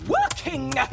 working